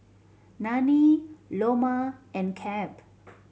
Nanie Loma and Cap